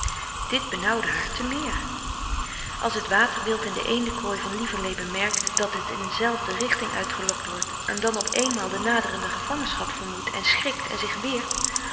dit benauwde haar te meer als het waterwild in de eendenkooi van lieverlee bemerkt dat het een zelfde richting uit gelokt wordt en dan op eenmaal de naderende gevangenschap vermoedt en schrikt en zich weert